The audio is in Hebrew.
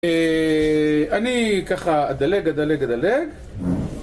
אני ככה אדלג, אדלג, אדלג